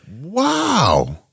Wow